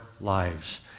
lives